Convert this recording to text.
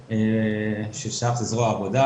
הפרספקטיבה,